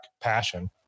passion